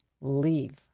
leave